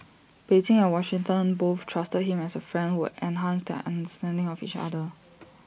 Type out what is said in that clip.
Beijing and Washington both trusted him as A friend who enhanced their understanding of each other